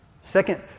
Second